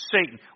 Satan